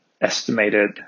estimated